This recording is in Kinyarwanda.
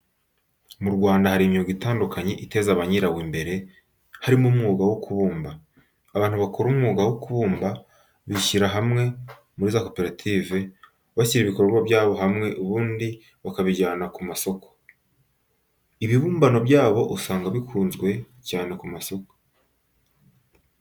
Mu Rwanda hari imyuga itandukanye iteza ba nyirawo imbere harimo umwuga wo kubumba. Abantu bakora umwuka wo kubumba bishyira hamwe muri za koperative, bashyira ibikorwa byabo hamwe ubundi bakabijyana ku masoko. Ibibumbano byabo usanga bikunzwe cyane ku masoko.